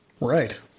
Right